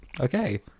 Okay